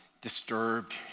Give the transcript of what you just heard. disturbed